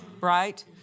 right